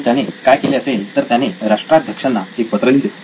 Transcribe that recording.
आणि त्याने काय केले असेल तर त्याने राष्ट्राध्यक्षांना एक पत्र लिहिले